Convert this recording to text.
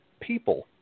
people